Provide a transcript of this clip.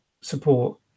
support